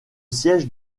siège